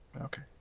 Okay